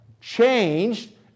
changed